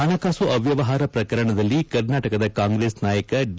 ಹಣಕಾಸು ಅವ್ಯವಹಾರ ಪ್ರಕರಣದಲ್ಲಿ ಕರ್ನಾಟಕದ ಕಾಂಗ್ರೆಸ್ ನಾಯಕ ಡಿ